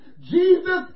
Jesus